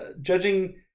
Judging